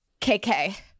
KK